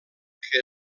que